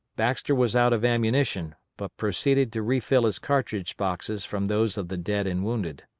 baxter was out of ammunition, but proceeded to refill his cartridge-boxes from those of the dead and wounded.